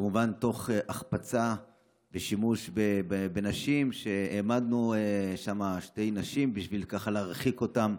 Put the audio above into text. כמובן תוך החפצה ושימוש בנשים: העמדנו שם שתי נשים בשביל להרחיק אותם,